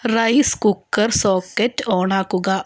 rice cooker socket on ആക്കുക